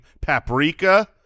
paprika